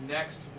Next